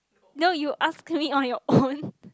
no you ask me on your own